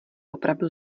opravdu